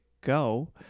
go